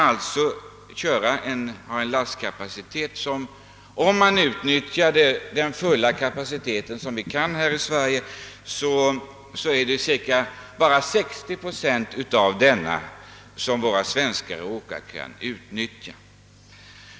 Det är bara 60 procent av den fulla kapacitet som kan tas i Sverige, som våra svenska åkare kan utnyttja.